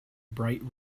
bright